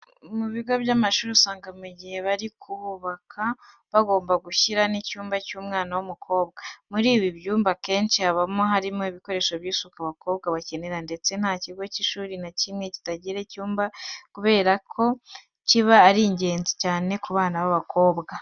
Mu bigo by'amashuri usanga mu gihe bari kuhubaka bagomba gushyiramo n'icyumba cy'umwana w'umukobwa. Muri ibi byumba akenshi haba harimo ibikoresho by'isuku abakobwa bakenera ndetse nta kigo cy'ishuri nta kimwe kitagira iki cyumba kubera ko kiba ari ingenzi cyane ku bana b'abakobwa.